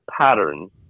patterns